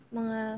mga